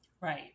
Right